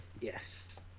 yes